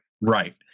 Right